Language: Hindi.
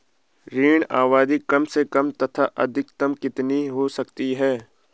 ऋण अवधि कम से कम तथा अधिकतम कितनी हो सकती है?